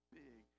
big